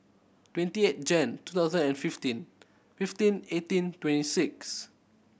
twenty eight Jan two thousand and fifteen fifteen eighteen twenty six